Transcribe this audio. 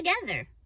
together